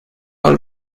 all